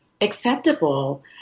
acceptable